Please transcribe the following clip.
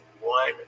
one